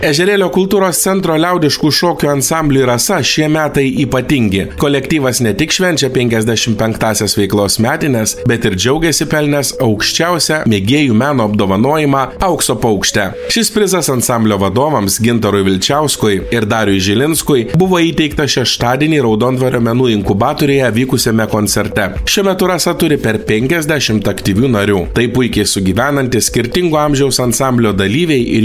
ežerėlio kultūros centro liaudiškų šokių ansambliui rasa šie metai ypatingi kolektyvas ne tik švenčia penkiasdešim penktąsias veiklos metines bet ir džiaugiasi pelnęs aukščiausią mėgėjų meno apdovanojimą aukso paukštę šis prizas ansamblio vadovams gintarui vilčiauskui ir dariui žilinskui buvo įteiktas šeštadienį raudondvario menų inkubatoriuje vykusiame koncerte šiuo metu rasa turi per penkiasdešimt aktyvių narių tai puikiai sugyvenantys skirtingo amžiaus ansamblio dalyviai ir